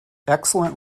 excellent